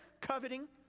coveting